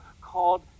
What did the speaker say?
called